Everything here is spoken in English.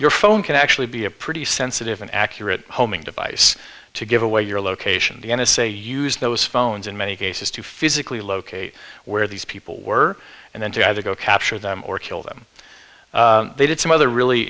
your phone can actually be a pretty sensitive and accurate homing device to give away your location the n s a used those phones in many cases to physically locate where these people were and then to either go capture them or kill them they did some other really